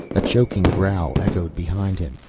a choking growl echoed behind him.